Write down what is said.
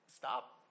Stop